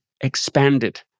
expanded